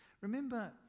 Remember